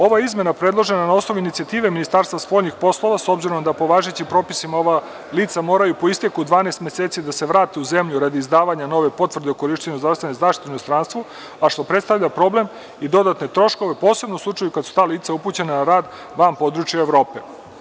Ova izmena je predložena na osnovu inicijative Ministarstva spoljnih poslova, s obzirom da po važećim propisima ova lica moraju po isteku od 12 meseci da se vrate u zemlju radi izdavanja nove potvrde o korišćenju zdravstvene zaštite u inostranstvu, a što predstavlja problem i dodatne troškove posebno u slučaju kada su ta lica upućena na rad van područja Evrope.